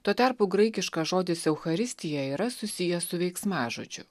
tuo tarpu graikiškas žodis eucharistija yra susijęs su veiksmažodžiu